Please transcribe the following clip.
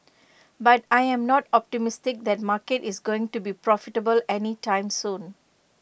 but I'm not optimistic that market is going to be profitable any time soon